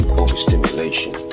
overstimulation